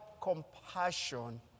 compassion